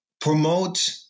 promote